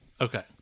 Okay